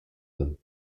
them